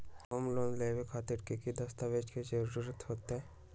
Home loan लेबे खातिर की की दस्तावेज के जरूरत होतई?